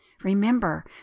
Remember